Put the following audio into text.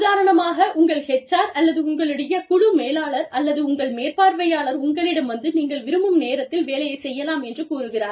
உதாரணமாக உங்கள் HR அல்லது உங்களுடைய குழு மேலாளர் அல்லது உங்கள் மேற்பார்வையாளர் உங்களிடம் வந்து நீங்கள் விரும்பும் நேரத்தில் வேலையைச் செய்யலாம் என்று கூறுகிறார்